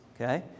Okay